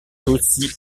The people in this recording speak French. aussi